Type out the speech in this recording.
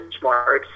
benchmarks